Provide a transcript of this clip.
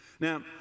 Now